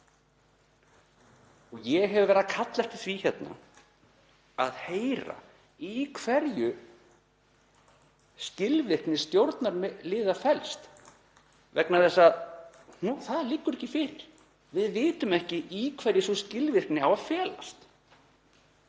Ég hef verið að kalla eftir því hérna að heyra í hverju skilvirkni stjórnarliða felst vegna þess að það liggur ekki fyrir. Við vitum ekki í hverju sú skilvirkni á að felast.